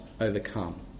overcome